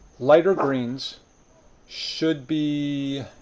lighter greens should be